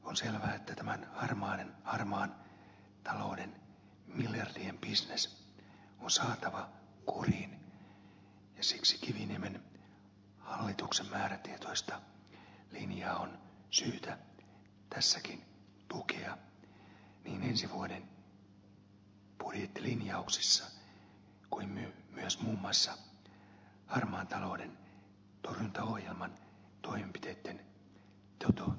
on selvä että tämän harmaan talouden miljardien bisnes on saatava kuriin ja siksi kiviniemen hallituksen määrätietoista linjaa on syytä tässäkin tukea niin ensi vuoden budjettilinjauksissa kuin myös muun muassa harmaan talouden torjuntaohjelman toimenpiteitten toteuttamisessa